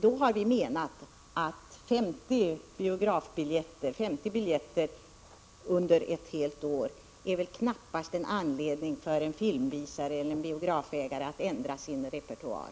Då har vi menat att 50 biljetter på ett helt år knappast innebär någon anledning för en filmvisare eller biografägare att ändra sin repertoar.